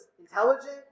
intelligent